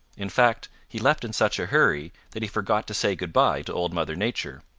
in fact, he left in such a hurry that he forgot to say good-by to old mother nature.